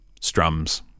strums